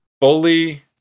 Fully